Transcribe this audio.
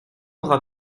aura